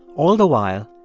all the while,